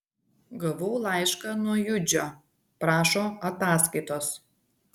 gavau laišką nuo judžio prašo ataskaitos